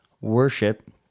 worship